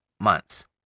months